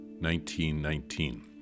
1919